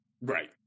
Right